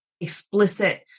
explicit